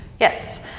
Yes